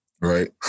right